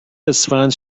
اسفند